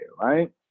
right